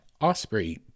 Osprey